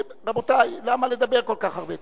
רבותי, למה לדבר כל כך הרבה?